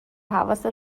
حواست